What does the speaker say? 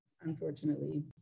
unfortunately